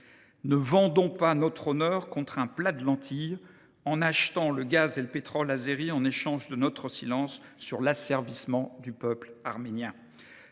Ne vendons pas notre honneur contre un plat de lentilles en achetant le gaz et le pétrole azéris en échange de notre silence sur l’asservissement du peuple arménien